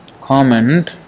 comment